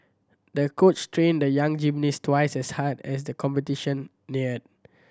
the coach trained the young gymnast twice as hard as the competition neared